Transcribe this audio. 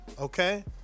okay